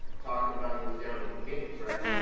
talking about he was down in phoenix, right?